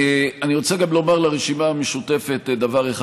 אני רוצה גם לומר לרשימה המשותפת דבר אחד.